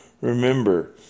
Remember